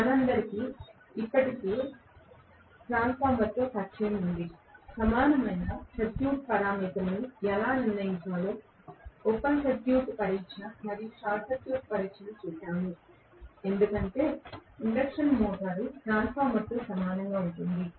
మనందరికీ ఇప్పటికే ట్రాన్స్ఫార్మర్తో పరిచయం ఉంది సమానమైన సర్క్యూట్ పారామితులను ఎలా నిర్ణయించాలో ఓపెన్ సర్క్యూట్ పరీక్ష మరియు షార్ట్ సర్క్యూట్ పరీక్షను చూశాము ఎందుకంటే ఇండక్షన్ మోటారు ట్రాన్స్ఫార్మర్తో సమానంగా ఉంటుంది